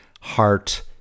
heart